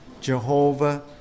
Jehovah